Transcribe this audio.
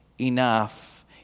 enough